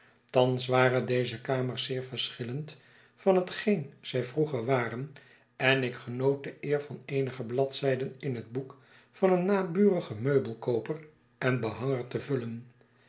thans waren deze kamers zeer verschillend van hetgeen zij vroeger waren en ik genoot de eer van eenige bladzijden in net boek van een naburigen meubelkooper en behanger te vullen